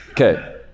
Okay